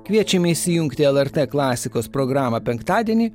kviečiame įsijungti lrt klasikos programą penktadienį